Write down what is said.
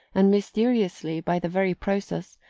and mysteriously, by the very process,